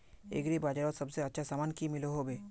Agri बजारोत सबसे अच्छा सामान की मिलोहो होबे?